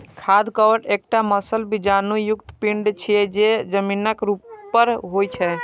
खाद्य कवक एकटा मांसल बीजाणु युक्त पिंड छियै, जे जमीनक ऊपर होइ छै